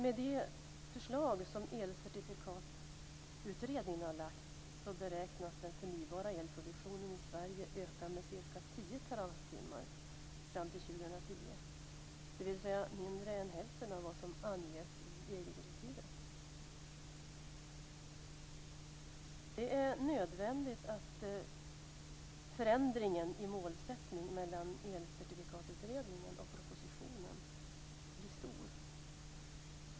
Med det förslag som Elcertifikatutredningen har lagt beräknas den förnybara elproduktionen i Sverige öka med ca 10 terawattimmar fram till 2010, dvs. mindre än hälften av vad som anges i EG-direktivet. Det är nödvändigt att förändringen i målsättning mellan Elcertifikatutredningen och propositionen blir stor.